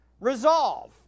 Resolve